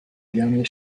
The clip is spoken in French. dernier